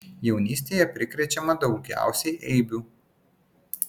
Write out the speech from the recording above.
jaunystėje prikrečiama daugiausiai eibių